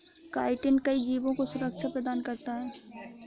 chitin कई जीवों को सुरक्षा प्रदान करता है